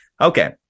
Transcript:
okay